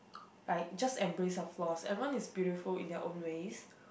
like just embrace your flaws everyone is beautiful in their own ways